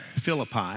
Philippi